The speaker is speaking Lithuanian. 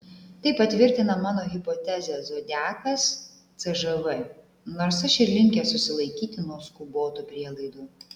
tai patvirtina mano hipotezę zodiakas cžv nors aš ir linkęs susilaikyti nuo skubotų prielaidų